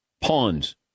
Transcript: pawns